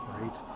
right